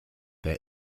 their